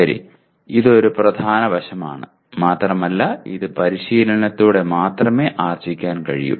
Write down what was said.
ശരി ഇത് ഒരു പ്രധാന വശമാണ് മാത്രമല്ല ഇത് പരിശീലനത്തിലൂടെ മാത്രമേ ആർജിക്കാൻ പറ്റൂ